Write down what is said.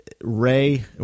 Ray